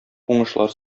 уңышлар